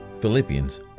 Philippians